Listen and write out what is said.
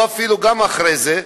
או אפילו גם קצת אחרי זה,